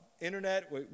internet